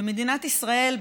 במדינת ישראל,